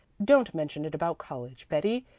don't mention it about college, betty,